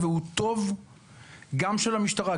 גם של המשטרה,